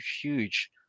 huge